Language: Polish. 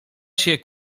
się